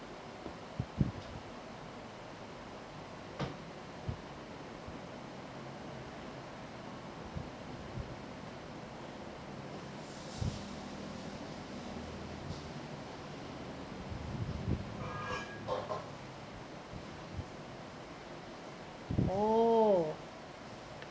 oh